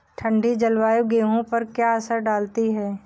ठंडी जलवायु गेहूँ पर क्या असर डालती है?